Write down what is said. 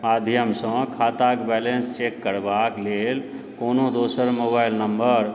माध्यमसँ खाताक balance check करबाक लेल कोनो दोसर मोबाइल नम्बर